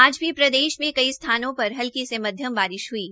आज भी प्रदेश में कई सथानों पर हल्की से मध्यम बारिश हई है